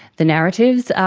the narratives?